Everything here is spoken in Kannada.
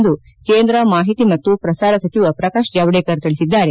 ಎಂದು ಕೇಂದ್ರ ಮಾಹಿತಿ ಮತ್ತು ಪ್ರಸಾರ ಸಚಿವ ಪ್ರಕಾಶ್ ಜಾವಡೇಕರ್ ತಿಳಿಸಿದ್ದರೆ